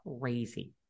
crazy